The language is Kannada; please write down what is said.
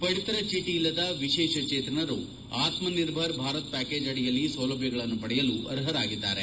ಪಡಿತರ ಚೀಟ ಇಲ್ಲದ ವಿಶೇಷಚೇತನರು ಆತ್ಮ ನಿರ್ಭರ ಭಾರತ್ ಪ್ಲಾಕೇಜ್ ಅಡಿಯಲ್ಲಿ ಸೌಲಭ್ಯಗಳನ್ನು ಪಡೆಯಲು ಅರ್ಹರಾಗಿದ್ದಾರೆ